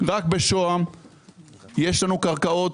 רק בשוהם יש לנו קרקעות